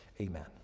amen